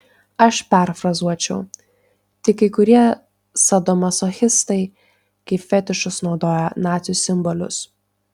aš perfrazuočiau tik kai kurie sadomazochistai kaip fetišus naudoja nacių simbolius